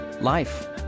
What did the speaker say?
life